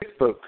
Facebook